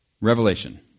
Revelation